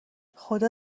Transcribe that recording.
خدا